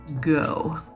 go